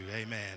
Amen